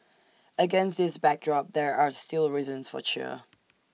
against this backdrop there are still reasons for cheer